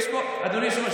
אדוני היושב-ראש,